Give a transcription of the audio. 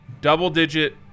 double-digit